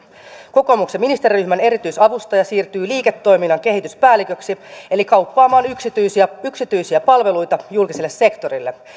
kokoomuksen ministeriryhmän erityisavustaja siirtyy liiketoiminnan kehityspäälliköksi eli kauppaamaan yksityisiä yksityisiä palveluita julkiselle sektorille